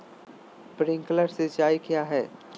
Sprinkler सिंचाई क्या है?